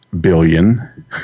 billion